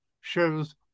shows